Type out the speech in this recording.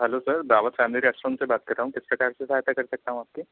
hello sir Brabus family restaurant से बात कर रहा हूँ किस प्रकार से सहायता कर सकता हूँ आपकी